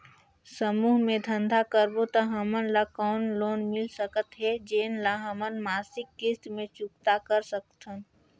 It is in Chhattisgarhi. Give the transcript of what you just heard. समूह मे धंधा करबो त हमन ल कौन लोन मिल सकत हे, जेन ल हमन मासिक किस्त मे चुकता कर सकथन?